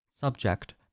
Subject